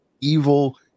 evil